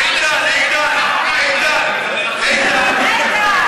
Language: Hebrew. תודה, איתן, תודה.